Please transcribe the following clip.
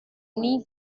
nie